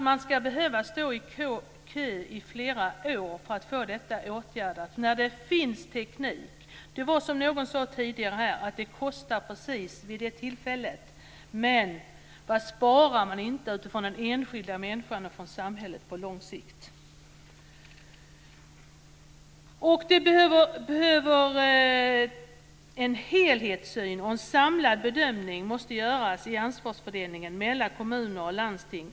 Man kan få stå i kö flera år för att få detta åtgärdat, trots att det finns teknik för det. Som någon tidigare har sagt kostar det just när åtgärden sätts in, men man sparar från den enskilda människans utgångspunkt och för samhället på lång sikt. Det behövs en helhetssyn, och en samlad bedömning måste göras i fördelningen av ansvaret mellan kommuner och landsting.